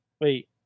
Wait